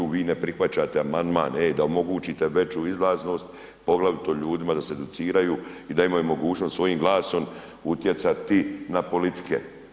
Vi ne prihvaćate amandmane, da omogućite veću izlaznost, poglavito ljudima da se educiraju i da imaju mogućnost svojim glasom utjecati na politike.